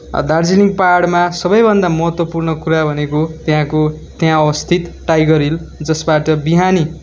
दार्जिलिङ पाहाडमा सबै भन्दा महत्त्वपूर्ण कुरा भनेको त्यहाँको त्यहाँ अवस्थित टाइगर हिल जसबाट बिहानी